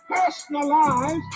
personalized